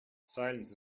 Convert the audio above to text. silence